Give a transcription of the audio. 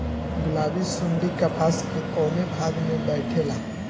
गुलाबी सुंडी कपास के कौने भाग में बैठे ला?